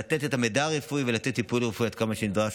לתת את המידע הרפואי ולתת טיפול רפואי עד כמה שנדרש.